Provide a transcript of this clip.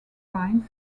pines